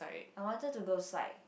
I wanted to go psych